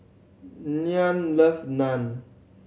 Nyah love Naan